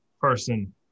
person